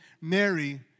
Mary